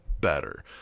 better